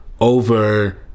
over